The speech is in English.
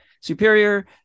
superior